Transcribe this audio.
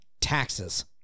taxes